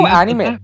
anime